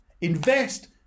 Invest